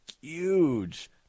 huge